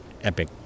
Epic